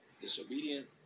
disobedient